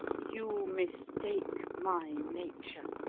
you mistake my nature.